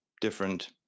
different